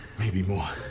maybe more.